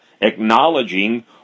acknowledging